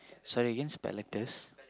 sorry again spell letters